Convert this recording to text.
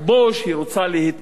היא רוצה להתנחל,